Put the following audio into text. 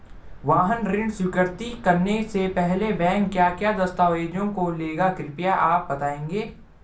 वाहन ऋण स्वीकृति करने से पहले बैंक क्या क्या दस्तावेज़ों को लेगा कृपया आप बताएँगे?